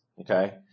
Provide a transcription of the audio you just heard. Okay